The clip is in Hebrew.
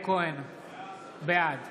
בעד